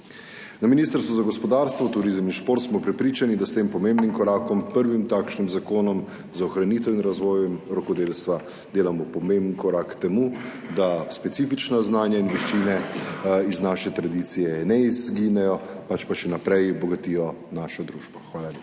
Na Ministrstvu za gospodarstvo, turizem in šport smo prepričani, da s tem pomembnim korakom, prvim takšnim zakonom za ohranitev in razvojem rokodelstva delamo pomemben korak k temu, da specifična znanja in veščine iz naše tradicije ne izginejo, pač pa še naprej bogatijo našo družbo. Hvala